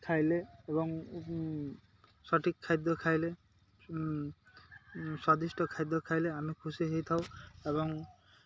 ଖାଇଲେ ଏବଂ ସଠିକ୍ ଖାଦ୍ୟ ଖାଇଲେ ସ୍ଵାଦିଷ୍ଟ ଖାଦ୍ୟ ଖାଇଲେ ଆମେ ଖୁସି ହେଇଥାଉ ଏବଂ